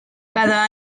cada